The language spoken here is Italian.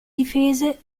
difese